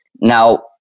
Now